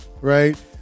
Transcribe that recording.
right